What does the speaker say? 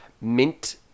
mint